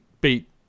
beat